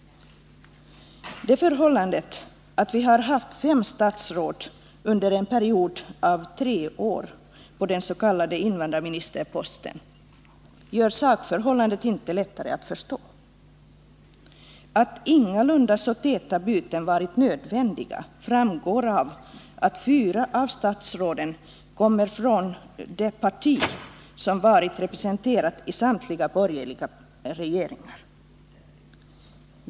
Att vi har haft fem statsråd under en period av tre år på den s.k. invandrarministerposten gör det inte lättare att förstå sakförhållandet. Att så täta byten ingalunda varit nödvändiga framgår av det förhållandet att fyra av statsråden kommer från det parti som varit representerat i samtliga borgerliga regeringar.